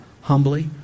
humbly